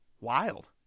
wild